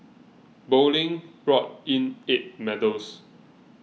bowling brought in eight medals